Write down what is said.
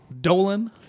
Dolan